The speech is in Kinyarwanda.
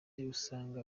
asanga